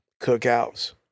cookouts